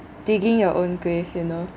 digging your own grave you know